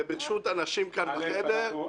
וברשות הנשים כאן בחדר,